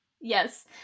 Yes